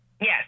Yes